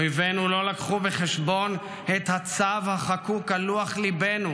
אויבינו לא הביאו בחשבון את הצו החקוק על לוח ליבנו: